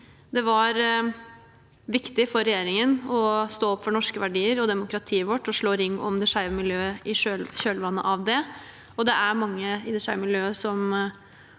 Det var viktig for regjeringen å stå opp for norske verdier og demokratiet vårt og slå ring om det skeive miljøet i kjølvannet av det. Det er mange i det skeive miljøet som